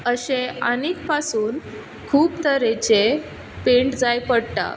अशें आनीक पासून खूब तरेचे पेंट जाय पडटा